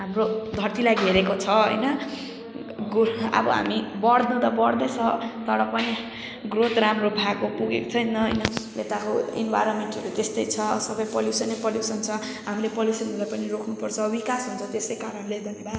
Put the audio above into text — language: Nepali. हाम्रो धरतीलाई घेरेको छ होइन ग अब हामी बढ्न त बढ्दैछ तर पनि ग्रोथ राम्रो भएको पुगेको छैन होइन यताको इनभाइरोमेन्टहरू त्यस्तै छ सब पल्युसन नै पल्युसन छ हामीले पल्युसनहरूलाई पनि रोक्नु पर्छ विकास हुन्छ त्यसै कारणले धन्यवाद